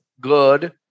good